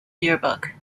yearbook